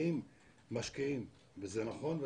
ואם משקיעים וזה נכון,